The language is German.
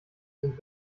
sind